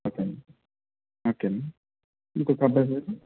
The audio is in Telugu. ఓకే అండి ఓకే అండి ఇంకొక అబ్బాయి